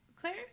Claire